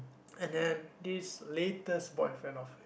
and then this latest boyfriend of her